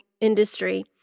industry